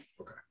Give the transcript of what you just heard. Okay